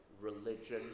religion